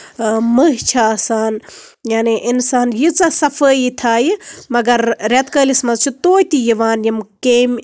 مٔہۍ چھِ آسان یعنی اِنسان ییٖژہ صفٲیی تھایہِ مَگر ریٚتہٕ کٲلِس منٛز چھِ توتہِ یِوان یِم کیمۍ